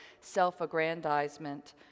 self-aggrandizement